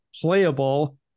playable